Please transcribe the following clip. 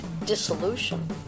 dissolution